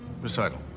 Recital